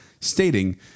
stating